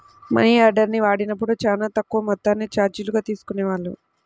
మనియార్డర్ని వాడినప్పుడు చానా తక్కువ మొత్తాన్ని చార్జీలుగా తీసుకునేవాళ్ళు